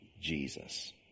Jesus